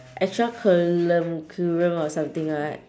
extracurricula~ or something right